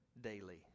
daily